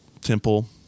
temple